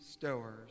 Stowers